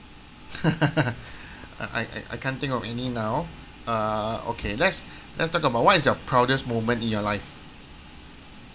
I I I I can't think of any now uh okay let's let's talk about what is your proudest moment in your life